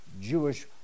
Jewish